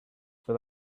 for